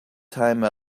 time